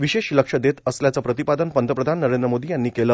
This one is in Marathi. विशेष लक्ष देत असल्याचं प्रतिपादन पंतप्रधान नरेंद्र मोदी यांनी केलं